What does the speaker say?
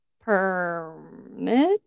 Permit